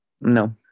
no